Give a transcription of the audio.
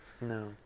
No